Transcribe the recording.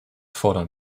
fordern